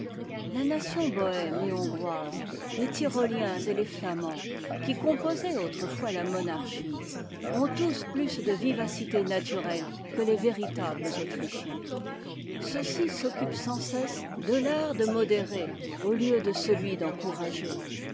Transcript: la nation bohème et hongroise les tyroliens et les flamands qui composaient autrefois la monarchie ont tous plus de vivacité naturelle que les véritables autrichiens ceux-ci s'occupent sans éesse de fart de modérer au tieu dejcetui d'encourager